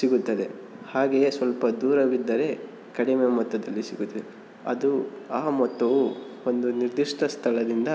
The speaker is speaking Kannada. ಸಿಗುತ್ತದೆ ಹಾಗೆಯೇ ಸ್ವಲ್ಪ ದೂರವಿದ್ದರೆ ಕಡಿಮೆ ಮೊತ್ತದಲ್ಲಿ ಸಿಗುತ್ತೆ ಅದು ಆ ಮೊತ್ತವು ಒಂದು ನಿರ್ದಿಷ್ಟ ಸ್ಥಳದಿಂದ